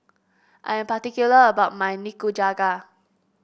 I am particular about my Nikujaga